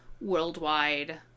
worldwide